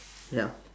ya